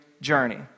journey